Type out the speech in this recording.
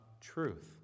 truth